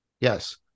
yes